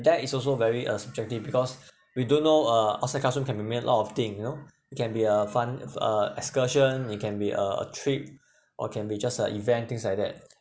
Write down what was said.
that is also very uh subjective because we don't know uh outside classroom can be meant a lot of thing you know it can be a fun a excursion it can be a a trip or can be just a event things like that